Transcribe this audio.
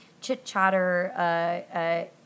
chit-chatter